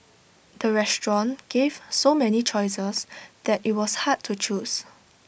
the restaurant gave so many choices that IT was hard to choose